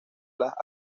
las